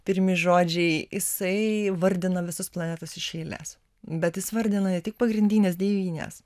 pirmi žodžiai jisai vardina visus planetos iš eilės bet jis vardina ne tik pagrindines devynias